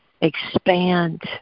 expand